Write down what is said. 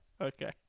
okay